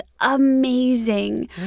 amazing